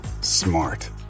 Smart